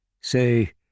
Say